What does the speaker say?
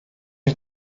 een